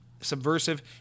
subversive